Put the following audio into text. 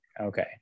Okay